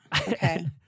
Okay